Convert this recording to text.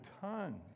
tons